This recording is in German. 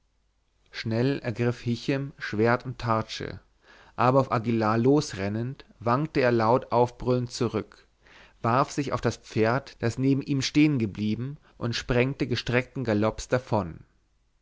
schnell ergriff hichem schwert und tartsche aber auf aguillar losrennend wankte er laut aufbrüllend zurück warf sich auf das pferd das neben ihm stehen geblieben und sprengte gestreckten galopps davon